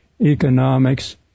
economics